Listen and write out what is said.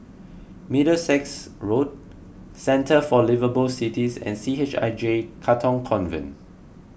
Middlesex Road Centre for Liveable Cities and C H I J Katong Convent